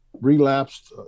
relapsed